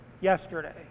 yesterday